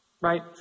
right